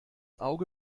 auge